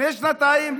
לפני שנתיים,